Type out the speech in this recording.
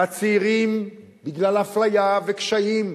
והצעירים, בגלל אפליה וקשיים,